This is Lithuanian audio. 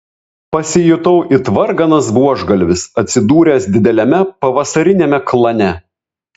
pasijutau it varganas buožgalvis atsidūręs dideliame pavasariniame klane